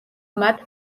მათ